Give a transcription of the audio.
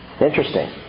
Interesting